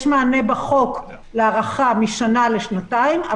יש מענה בחוק להארכה משנה לשנתיים,